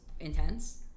intense